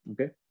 okay